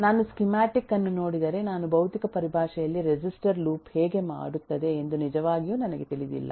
ನಾನು ಸ್ಕೀಮ್ಯಾಟಿಕ್ ಅನ್ನು ನೋಡಿದರೆ ನಾನು ಭೌತಿಕ ಪರಿಭಾಷೆಯಲ್ಲಿ ರಿಜಿಸ್ಟರ್ ಲೂಪ್ ಹೇಗೆ ಮಾಡುತ್ತದೆ ಎಂದು ನಿಜವಾಗಿಯೂ ನನಗೆ ತಿಳಿದಿಲ್ಲ